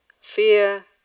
fear